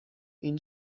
این